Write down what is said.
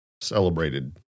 celebrated